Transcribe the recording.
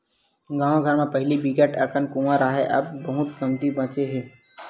गाँव घर म पहिली बिकट अकन कुँआ राहय अब बहुते कमती बाचे हे